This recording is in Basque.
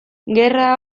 gerra